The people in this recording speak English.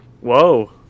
Whoa